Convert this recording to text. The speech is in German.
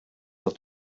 doch